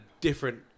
different